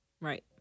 Right